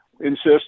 insist